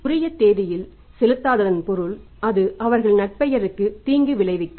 உரிய தேதியில் செலுத்தாததன் பொருள் அது அவர்களின் நற்பெயருக்கு தீங்கு விளைவிக்கும்